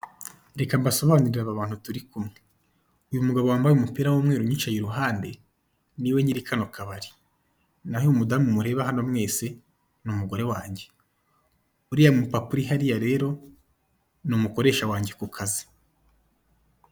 Reka mbasobanurire aba bantu turi kumwe, uyu mugabo wambaye umupira w'umweru unyicaye iruhande ni we nyiri kano kabari, naho uyu mudamu mureba hano mwese ni umugore wange, uriya mu papa uri hariya rero ni umukoresha wange ku kazi.